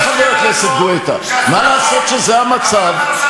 חבר הכנסת גואטה, יש לי אליך שאלה.